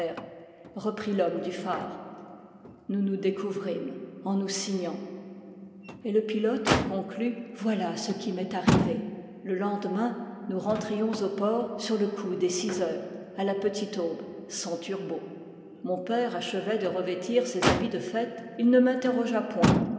reprit l'homme du phare nous nous découvrîmes en nous signant et le pilote conclut voilà ce qui m'est arrivé le lendemain nous ren trions au port sur le coup des six heures à la petite aube sans turbots mon père achevait de revêtir ses habits de fête il ne m'interrogea point